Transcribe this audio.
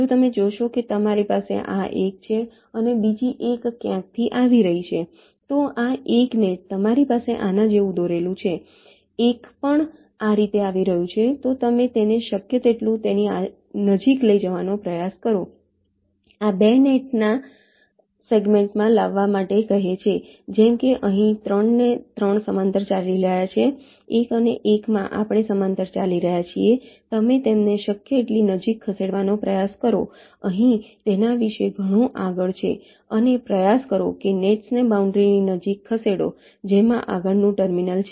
જો તમે જોશો કે તમારી પાસે આ 1 છે અને બીજી 1 ક્યાંકથી આવી રહી છે તો આ 1 નેટ તમારી પાસે આના જેવું દોરેલું છે 1 પણ આ રીતે આવી રહ્યું છે તો તમે તેને શક્ય તેટલું આની નજીક લઈ જવાનો પ્રયાસ કરો આ 2 ના સેગમેન્ટમાં લાવવા માટે કહે છે જેમ કે અહીં 3 અને 3 સમાંતર ચાલી રહ્યા છે 1 અને 1 માં આપણે સમાંતર ચાલી રહ્યા છીએ તમે તેમને શક્ય તેટલી નજીક ખસેડવાનો પ્રયાસ કરો અહીં તેના વિશે ઘણું આગળ છે અને પ્રયાસ કરો નેટ્સને બાઉન્ડ્રીની નજીક ખસેડો જેમાં આગળનું ટર્મિનલ છે